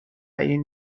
این